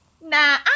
Nah